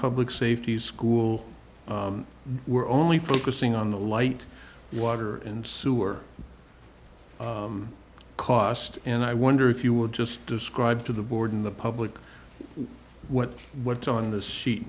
public safety school we're only focusing on the light water and sewer cost and i wonder if you would just describe to the board in the public what what's on the seat